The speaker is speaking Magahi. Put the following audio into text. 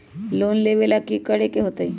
लोन लेबे ला की कि करे के होतई?